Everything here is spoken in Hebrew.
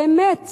באמת